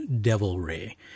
devilry